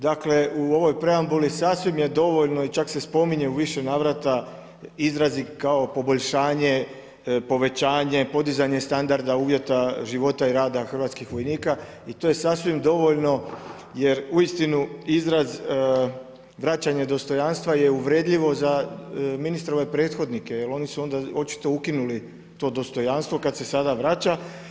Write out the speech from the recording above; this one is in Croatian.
Dakle u ovoj preambuli sasvim je dovoljno i čak se spominje u više navrata izrazi kao poboljšanje, povećanje, podizanje standarda, uvjeta života i rada hrvatskih vojnika i to je sasvim dovoljno jer uistinu izraz vraćanje dostojanstva je uvredljivo ministre ove prethodnike jel oni su ona očito ukinuli to dostojanstvo kada se sada vraća.